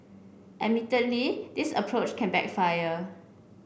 admittedly this approach can backfire